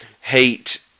hate